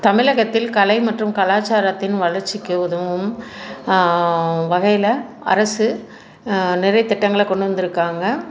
தமிழகத்தில் கலை மற்றும் கலாச்சாரத்தின் வளர்ச்சிக்கு உதவும் வகையில் அரசு நிறைய திட்டங்களை கொண்டு வந்திருக்காங்க